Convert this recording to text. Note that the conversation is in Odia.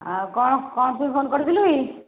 ଆଉ କ'ଣ କ'ଣ ପାଇଁ ଫୋନ୍ କରିଥିଲୁ କି